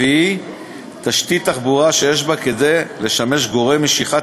4. תשתית תחבורה שיש בה כדי לשמש גורם משיכה